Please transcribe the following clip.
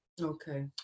Okay